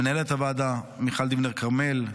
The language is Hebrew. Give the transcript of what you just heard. למנהלת הוועדה מיכל דיבנר כרמל,